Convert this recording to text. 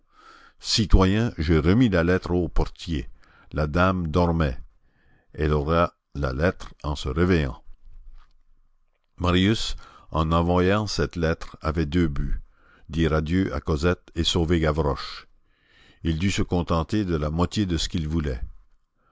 citoyen j'ai remis la lettre au portier la dame dormait elle aura la lettre en se réveillant marius en envoyant cette lettre avait deux buts dire adieu à cosette et sauver gavroche il dut se contenter de la moitié de ce qu'il voulait